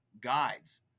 guides